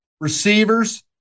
receivers